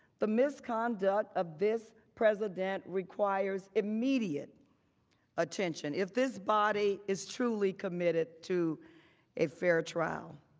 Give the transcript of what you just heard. the misconduct of this president requires immediate attention. if this body is truly committed to a fair trial.